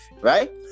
right